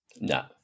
No